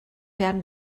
werden